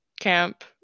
camp